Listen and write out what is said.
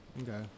Okay